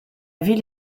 ville